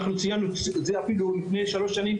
אנחנו ציינו אפילו לפני שלוש שנים,